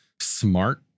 smart